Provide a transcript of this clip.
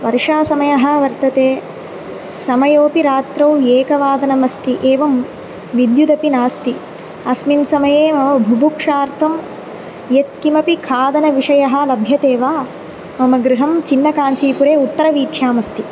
वर्षासमयः वर्तते समयोऽपि रात्रौ एकवादनमस्ति एवं विद्युदपि नास्ति अस्मिन् समये मम बुभुक्षार्थं यत्किमपि खादनविषयः लभ्यते वा मम गृहं चिन्नकाञ्चीपुरे उत्तरवीथ्यामस्ति